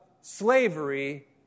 slavery